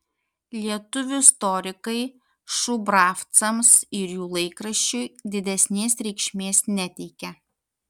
lietuvių istorikai šubravcams ir jų laikraščiui didesnės reikšmės neteikia